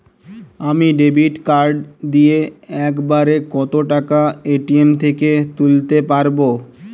আমি debit card দিয়ে এক বারে কত টাকা এ.টি.এম থেকে তুলতে পারবো?